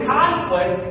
conflict